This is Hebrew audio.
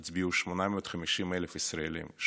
הצביעו 850,000 ישראלים.